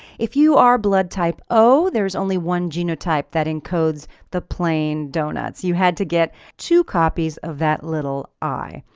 if you are blood type o there's only one genotype that encodes the plain donuts. you had to get two copies of that little i.